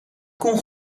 koen